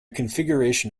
configuration